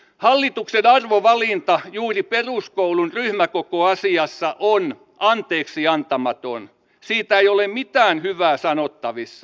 hallituksen arvovalinta juuri peruskoulun ryhmäkokoasiassa on anteeksiantamaton siitä ei ole mitään hyvää sanottavissa